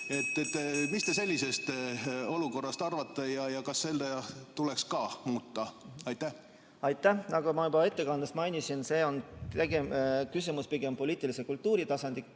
Mis te sellisest olukorrast arvate? Kas seda tuleks ka muuta? Aitäh! Nagu ma juba ettekandes mainisin, on see küsimus pigem poliitilise kultuuri tasandi